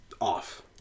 off